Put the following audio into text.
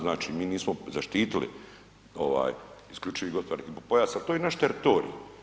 Znači mi nismo zaštitili ovaj isključivi gospodarski pojas, ali to je naš teritorij.